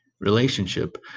relationship